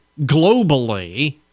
globally